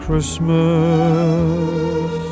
Christmas